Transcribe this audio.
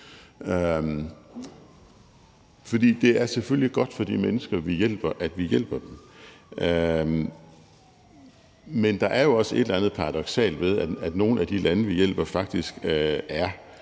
For det er selvfølgelig godt for de mennesker, vi hjælper, at vi hjælper dem, men der er jo også et eller andet paradoksalt ved, at nogle af de lande, vi hjælper, faktisk er